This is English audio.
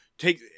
Take